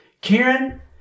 Karen